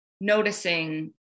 noticing